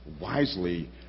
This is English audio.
wisely